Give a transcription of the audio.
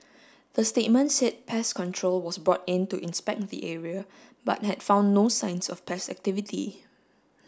the statement said pest control was brought in to inspect the area but had found no signs of pest activity